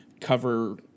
cover